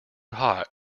hot